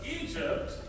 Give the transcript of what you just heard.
Egypt